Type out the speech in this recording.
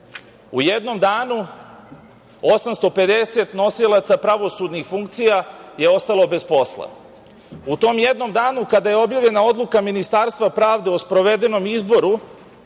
jednom danu 850 nosilaca pravosudnih funkcija je ostalo bez posla. U tom jednom danu kada je objavljena odluka Ministarstva pravde o sprovedenom izboru,